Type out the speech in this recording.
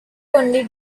only